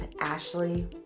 Ashley